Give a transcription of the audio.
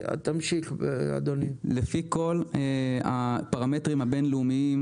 לפי כל הפרמטרים הבין-לאומיים,